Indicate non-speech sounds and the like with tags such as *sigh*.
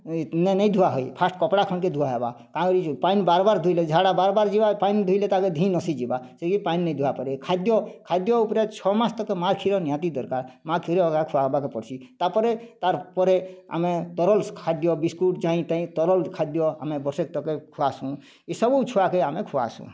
ନେଇ ନେଇ ଧୁଆ ହୋଇ ଫାଷ୍ଟ କପଡ଼ା ଖଣ୍ଡକେ ଧୁଆ ହବା *unintelligible* ପାନ ବାର ବାର ଧୁଇଲେ ଝାଡ଼ା ବାର ବାର ଯିବା ପାନ ଧୁଇଲେ ତାକେ ଧି ନସି ଯିବା ସେଇକି ପାନ ନେଇ ଧୁଆ ପରେ ଖାଦ୍ୟ ଖାଦ୍ୟ ଉପରେ ଛଅ ମାସ ତକ ମାଆ କ୍ଷୀର ନିହାତି ଦରକାର ମାଆ କ୍ଷୀର ଏକା ଖୁଆବାକେ ପଡୁ଼ସି ତା'ପରେ ତା'ର ପରେ ଆମେ ତରଲସ ଖାଦ୍ୟ ବିସ୍କୁଟ୍ ଜହିଁ ତହିଁ ତରଲ ଖାଦ୍ୟ ଆମେ ବର୍ଷେ ତକ୍ ଖୁଆସୁ ଏସବୁ ଛୁଆକେ ଆମେ ଖୁଆସୁ